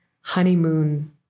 honeymoon